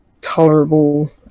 tolerable